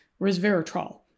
resveratrol